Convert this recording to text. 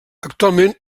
actualment